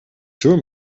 too